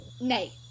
nay